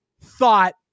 thought